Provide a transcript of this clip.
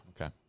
Okay